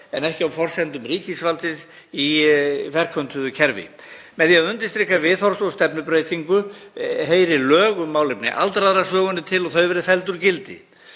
en ekki á forsendum ríkisvaldsins í ferköntuðu kerfi. Með því að undirstrika viðhorfs- og stefnubreytingu heyri lög um málefni aldraðra sögunni til og verði felld úr gildi.